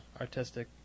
artistic